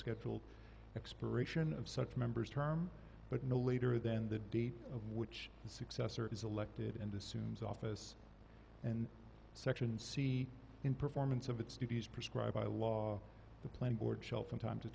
scheduled expiration of such members term but no later than the date of which the successor is elected and assumes office and section c in performance of its duties prescribed by law the planning board shell from time to